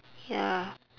ya